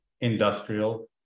Industrial